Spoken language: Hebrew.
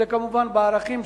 וזה כמובן בערכים,